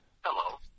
hello